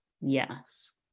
yes